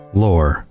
lore